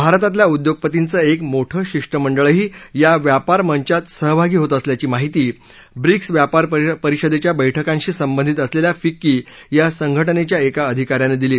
भारतातल्या उद्योगपतींचं एक मोठं शिष्टमंडळही या व्यापार मंचात सहभागी होत असल्याची माहिती ब्रिक्स व्यापार परिषदेच्या बैठकांशी संबंधित असलेल्या फिक्की या संघटनेच्या एका अधिकाऱ्यानं दिली